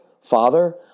Father